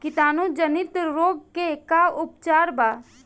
कीटाणु जनित रोग के का उपचार बा?